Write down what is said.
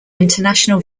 international